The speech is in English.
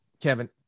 Kevin